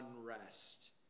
unrest